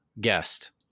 guest